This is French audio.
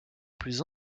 plus